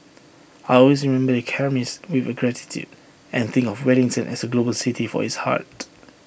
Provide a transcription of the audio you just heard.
I will always remember the chemist with gratitude and think of Wellington as A global city for its heart